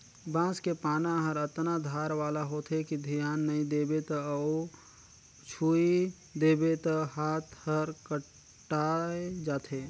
बांस के पाना हर अतना धार वाला होथे कि धियान नई देबे त अउ छूइ देबे त हात हर कटाय जाथे